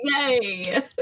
Yay